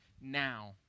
now